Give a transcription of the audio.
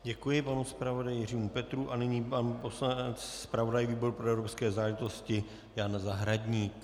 Děkuji panu zpravodaji Jiřímu Petrů a nyní pan poslanec, zpravodaj výboru pro evropské záležitosti Jan Zahradník.